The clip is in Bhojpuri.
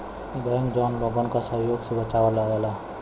बैंक जौन लोगन क सहयोग से चलावल जाला